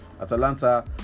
Atalanta